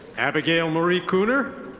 abigail marie cooter.